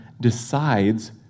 decides